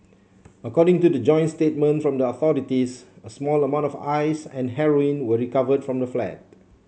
according to the joint statement from the authorities a small amount of Ice and heroin were recovered from the flat